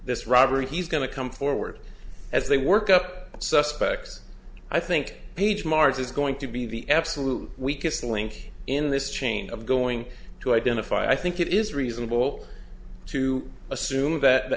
this robbery he's going to come forward as they work up suspects i think page mars is going to be the absolute weakest link in this chain of going to identify i think it is reasonable to assume that the